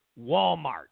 Walmart